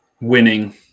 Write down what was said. Winning